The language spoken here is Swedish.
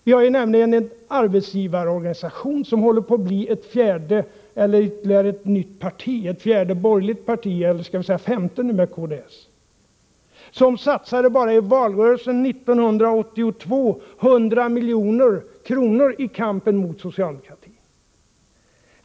Vi har nämligen en arbetsgivarorganisation som håller på att bli ett nytt parti, ett fjärde borgerligt parti — eller skall vi säga femte nu om man räknar med kds —- som bara i valrörelsen 1982 satsade 100 milj.kr. i kampen mot socialdemokratin.